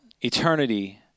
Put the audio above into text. eternity